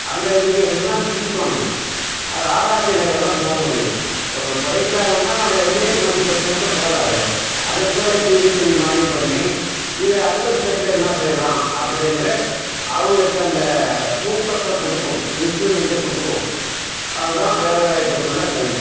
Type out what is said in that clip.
அந்த எஜுகேஷனை தான் திங்க் பண்ணணும் அதை ஆராய்ச்சி நிலையில் போகமுடியும் ஒருத்தவங்க படிக்கிறாங்கன்னா ஒரு எம்ஏ எம்எஸ்சி படிச்சால் மட்டும் போதாது அதற்கு மேலே பிஹெச்டி மாதிரி பண்ணி இதை அடுத்த ஸ்டெப்பில் என்ன செய்யலாம் அப்படி என்று அவங்களுக்கு அந்த ஊக்கத்தை கொடுக்கணும் இன்ஃப்ளியுமெண்ட்ட கொடுக்கணும் அதுதான் வேலைவாய்ப்புக்குள்ளே கல்வி